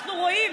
אנחנו רואים.